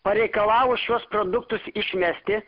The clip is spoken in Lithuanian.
pareikalavo šiuos produktus išmesti